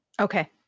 Okay